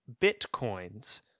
bitcoins